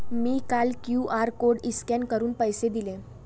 मी काल QR code scan करून पैसे दिले